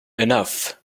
enough